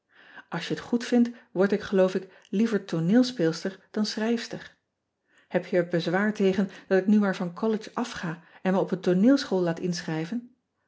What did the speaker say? ls je het goed vindt word ik geloof ik liever tooneelspeelster dan schrijfster eb je er bezwaar tegen dat ik ean ebster adertje angbeen nu maar van ollege af ga en me op een tooneelschool laat inschrijven